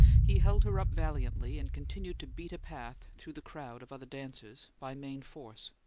he held her up valiantly, and continued to beat a path through the crowd of other dancers by main force.